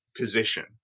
position